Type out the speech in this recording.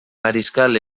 mariscal